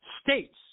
States